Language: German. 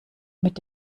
mit